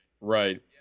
right